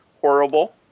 horrible